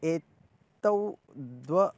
एतौ द्वौ